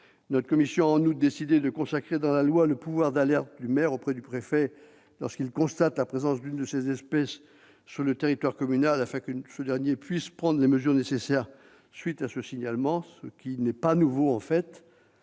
Notre commission a, en outre, décidé de consacrer dans la loi le pouvoir d'alerte du maire auprès du préfet lorsqu'il constate la présence d'une de ces espèces sur le territoire communal afin que ce dernier puisse prendre les mesures nécessaires à la suite d'un tel signalement, ce qui n'est, en fait,